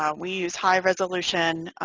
um we use high-resolution